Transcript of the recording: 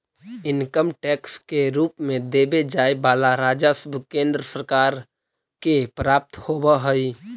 income tax के रूप में देवे जाए वाला राजस्व केंद्र सरकार के प्राप्त होव हई